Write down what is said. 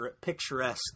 picturesque